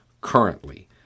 currently